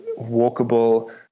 walkable